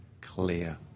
clear